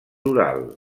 oral